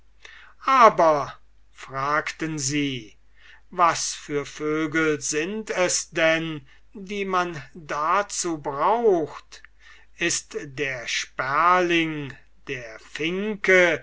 aber fragten sie was für vögel sind es denn die man dazu braucht ist der sperling der finke